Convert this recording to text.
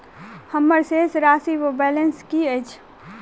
हम्मर शेष राशि वा बैलेंस की अछि?